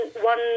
one